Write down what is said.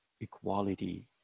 equality